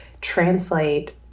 translate